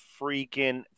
freaking